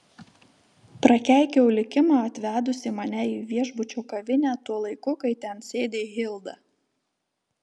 prakeikiau likimą atvedusį mane į viešbučio kavinę tuo laiku kai ten sėdi hilda